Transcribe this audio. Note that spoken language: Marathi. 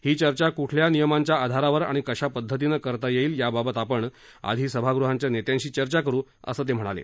ही चर्चा कुठल्या नियमांच्या आधारावर आणि कशा पद्धतीनं करता येईल याबाबत आपण आधी सभागृहाच्या नेत्यांशी चर्चा करू असं ते म्हणाले